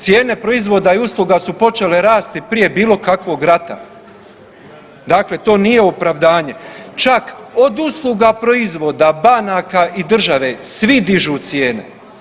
Cijene proizvod i usluga su počele rasti prije bilo kakvog rata, dakle to nije opravdanje čak od usluga proizvoda, banaka i države svi dižu cijene.